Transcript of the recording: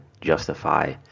justify